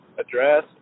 address